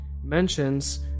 mentions